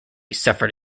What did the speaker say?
suffered